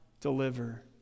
deliver